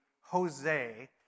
Jose